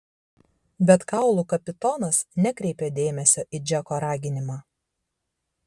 bet kaulų kapitonas nekreipė dėmesio į džeko raginimą